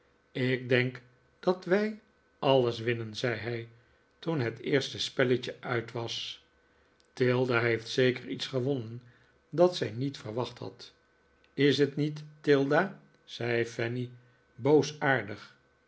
ik denk dat wij alles winnen zei hij toen het eerste spelletje uit was tilda heeft zeker iets gewonnen dat zij niet verwacht had is t niet tilda zei